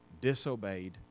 disobeyed